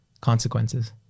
consequences